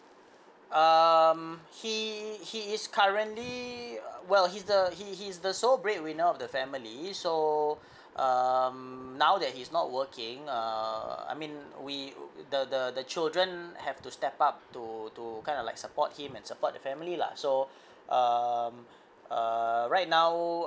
um he he is currently well he's the he he is the sole bread winner of the family so um now that he's not working err I mean we the the the children have to step up to to kind of like support him and support the family lah so um uh right now